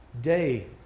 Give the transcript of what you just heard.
day